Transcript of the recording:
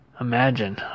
imagine